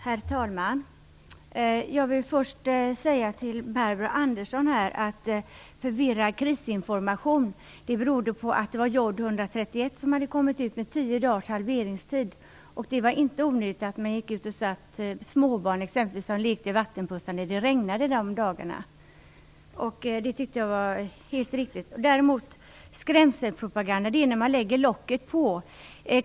Herr talman! Jag vill först säga till Barbro Andersson att den förvirrade krisinformationen gällde att jod Det var inte onödigt att man gick ut med information. Det handlar t.ex. om småbarn som lekte i vattenpussar, eftersom de regnade de dagarna. Det tyckte jag var helt riktigt. Skrämselpropaganda är när man lägger locket på.